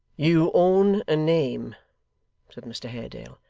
you own a name said mr haredale,